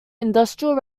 industrial